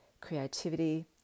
creativity